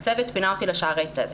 הצוות פינה אותי לשערי צדק.